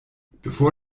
bevor